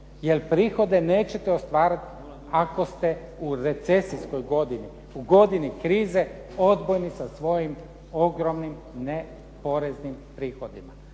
prihode nećete ostvariti ako ste u recesijskoj godini u godini krize odbojni sa svojim ogromnim neporeznim prihodima.